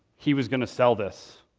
he was going to sell this.